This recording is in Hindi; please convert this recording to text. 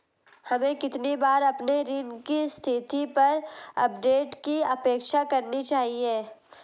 हमें कितनी बार अपने ऋण की स्थिति पर अपडेट की अपेक्षा करनी चाहिए?